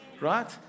right